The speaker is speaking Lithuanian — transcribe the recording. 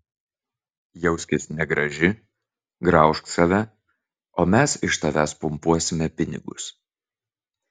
jauskis negraži graužk save o mes iš tavęs pumpuosime pinigus